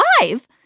live